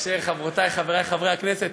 חברותי חברי הכנסת,